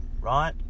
right